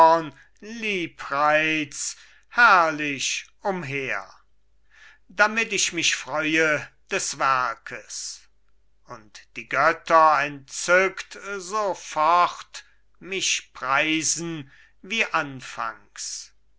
liebreiz herrlich umher damit ich mich freue des werkes und die götter entzückt so fort mich preisen wie anfangs